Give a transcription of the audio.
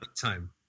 time